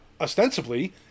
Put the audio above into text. ostensibly